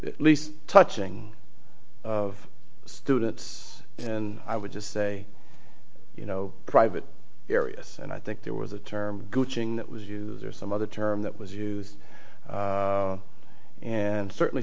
at least touching of students and i would just say you know private areas and i think there was a term that was use or some other term that was used and certainly